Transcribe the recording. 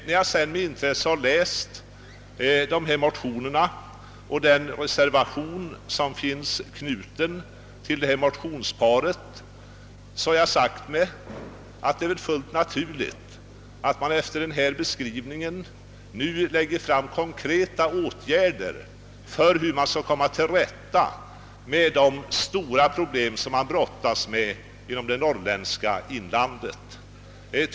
När jag med intresse läst motionerna och den reservation som föranletts av detta motionspar har jag sagt mig, att det vore naturligt att man efter denna beskrivning lade fram förslag till konkreta åtgärder för att komma till rätta med de stora problem som befolkningen i det norrländska inlandet brottas med.